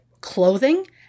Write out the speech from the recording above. clothing